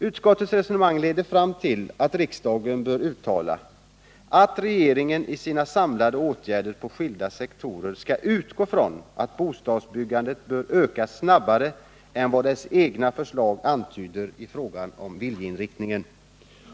Utskottets resonemang leder fram till att riksdagen bör uttala regeringen i sina samlade åtgärder på skilda sektorer skall utgå från att bostadsbyggandet bör öka snabbare än vad dess egna förslag antyder i fråga om viljeinriktningen”.